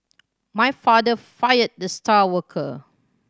my father fired the star worker